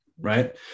Right